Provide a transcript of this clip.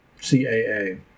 CAA